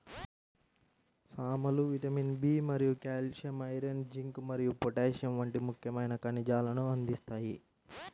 సామలు vitamin B మరియు calcium, iron, zinc మరియు పొటాషియం వంటి ముఖ్యమైన ఖనిజాలను అందిస్తాయి